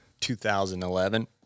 2011